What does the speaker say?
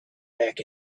back